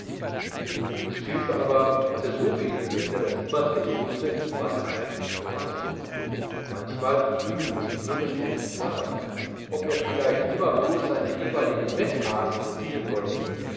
stilpe aber hatte so viel pläne daß niemand recht wußte was er eigentlich vorhatte manchmal fühlten sie ihm höhnisch auf den zahn ob er vielleicht immer blos seine jeweiligen betthasen besingen wolle